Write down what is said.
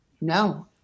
No